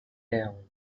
down